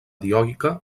dioica